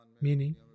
meaning